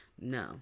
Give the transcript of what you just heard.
No